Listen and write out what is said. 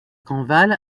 grandval